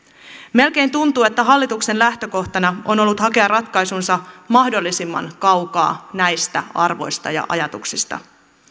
melkein tuntuu että hallituksen lähtökohtana on ollut hakea ratkaisunsa mahdollisimman kaukaa näistä arvoista ja ajatuksista